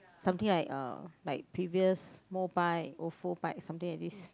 something like uh like previous mobike Ofo Bike or something like this